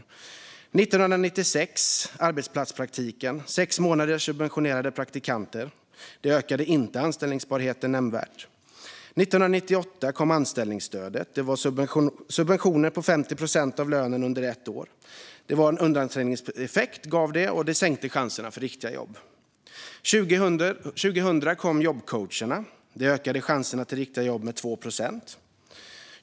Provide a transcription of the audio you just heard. År 1996 kom arbetsplatspraktiken med sex månaders subventionerade praktikanter. Det ökade inte anställbarheten nämnvärt. År 1998 kom anställningsstödet. Det innebar subventioner på 50 procent av lönen under ett år. Det gav en undanträngningseffekt och sänkte chanserna till riktiga jobb. År 2000 kom jobbcoacherna som ökade chanserna till riktiga jobb med 2 procent.